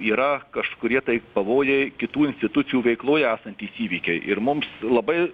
yra kažkurie taip pavojai kitų institucijų veikloj esantys įvykiai ir mums labai